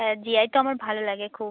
হ্যাঁ জিআই তো আমার ভালো লাগে খুব